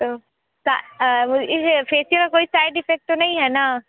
तो फेसिअल का कोई साइड इफेक्ट तो नहीं है ना